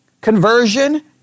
conversion